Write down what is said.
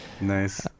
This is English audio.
Nice